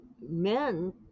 Men